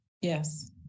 Yes